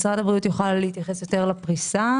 משרד הבריאות יוכל להתייחס יותר לפריסה.